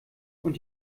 und